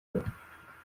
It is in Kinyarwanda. babyumva